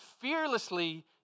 fearlessly